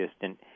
distant